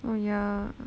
oh yeah